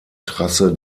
trasse